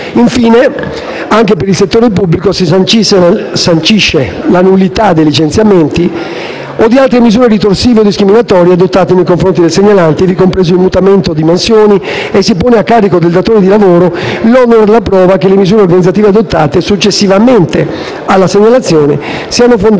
Infine, anche per il settore pubblico, si sancisce la nullità dei licenziamenti o di altre misure ritorsive o discriminatorie, adottati nei confronti del segnalante, ivi compreso il mutamento di mansioni, e si pone a carico del datore di lavoro l'onere della prova che le misure organizzative adottate successivamente alla segnalazione siano fondate